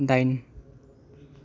दाइन